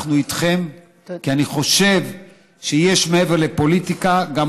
אנחנו איתכם, כי אני חושב שמעבר לפוליטיקה יש גם